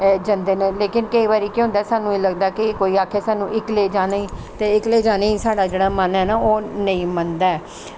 जंदे न लेकिन केईं बारी केह् होंदा सानूं लगदा ऐ कि कोई आक्खै सानूं इक्कले जाने गी ते इक्कले जाने गी साढ़ा जेह्ड़ा मन ऐ ना ओह् नेईं मन्नदा ऐ